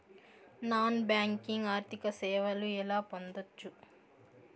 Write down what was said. Non banking ఆర్థిక సేవలు ఎలా పొందొచ్చు?